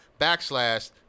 backslash